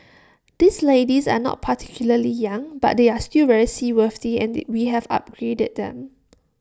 these ladies are not particularly young but they are still very seaworthy and we have upgraded them